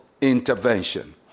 intervention